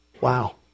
Wow